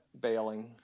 bailing